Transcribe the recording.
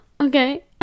okay